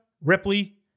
Ripley